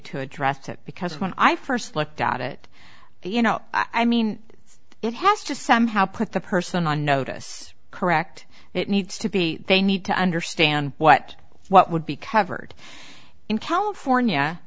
to address that because when i first looked at it you know i mean it has to somehow put the person on notice correct it needs to be they need to understand what what would be covered in california